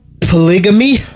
Polygamy